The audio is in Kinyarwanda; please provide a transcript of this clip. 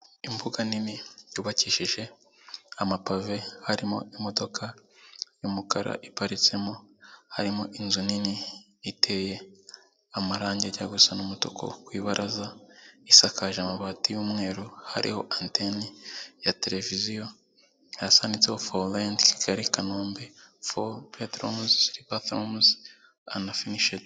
Abagabo batatu aho bicaye umwuka umwe akaba yambaye ikote ry'umukara ndetse akaba yambayemo n'ishati y'ubururu, abandi babiri bakaba bambaye amashati y'mweru, aho buri wese hari akarangururamajwi imbere ye wo hagati akaba ari we uri kuvuga.